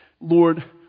Lord